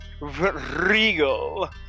regal